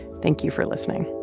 thank you for listening